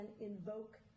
invoke